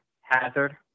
hazard